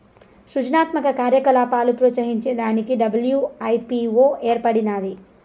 సృజనాత్మక కార్యకలాపాలు ప్రోత్సహించే దానికి డబ్ల్యూ.ఐ.పీ.వో ఏర్పడినాది